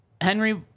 Henry